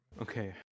Okay